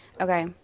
okay